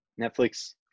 Netflix